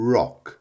Rock